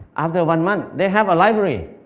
after one month, they have a library.